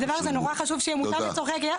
הדבר הזה נורא חשוב שיהיה מותאם לצורכי הקהילה.